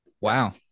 Wow